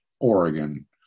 Oregon